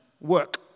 work